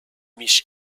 mich